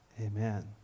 Amen